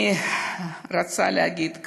אני רוצה להגיד כאן: